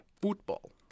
Football